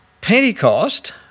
Pentecost